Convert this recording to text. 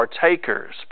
partakers